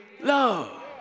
love